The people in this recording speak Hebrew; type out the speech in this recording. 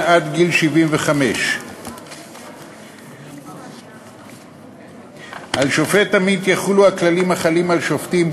עד גיל 75. על שופט עמית יחולו הכללים החלים על שופטים,